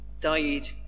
died